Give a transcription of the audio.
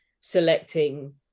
selecting